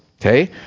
Okay